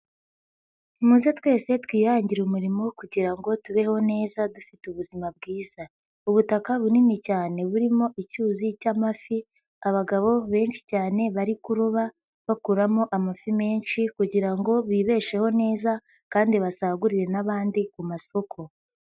Muze twese twihangire umurimo kugirango tubeho neza dufite ubuzima bwiza. Ubutaka bunini cyane burimo icyuzi cy'amafi abagabo benshi cyane bari kuroba bakuramo amafi menshi kugirango bibesheho neza kandi basagurire n'abandi ku masoko.